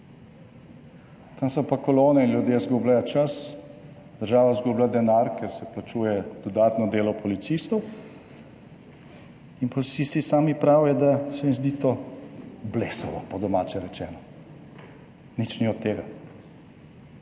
Tam so pa kolone, ljudje izgubljajo čas, država izgublja denar, ker se plačuje dodatno delo policistov in policisti sami pravijo, da se jim zdi to blesova, po domače rečeno. Nič ni od tega.